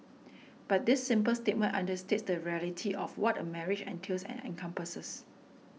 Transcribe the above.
but this simple statement understates the reality of what a marriage entails and encompasses